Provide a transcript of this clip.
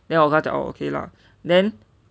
then 我跟他讲 okay lah then